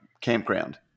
campground